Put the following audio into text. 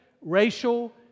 racial